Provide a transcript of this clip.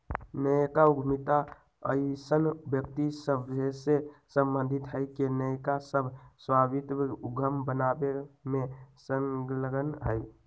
नयका उद्यमिता अइसन्न व्यक्ति सभसे सम्बंधित हइ के नयका सह स्वामित्व उद्यम बनाबे में संलग्न हइ